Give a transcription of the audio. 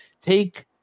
take